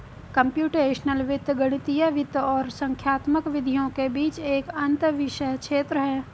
computational वित्त गणितीय वित्त और संख्यात्मक विधियों के बीच एक अंतःविषय क्षेत्र है